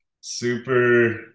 super